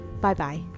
Bye-bye